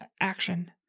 action